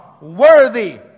Worthy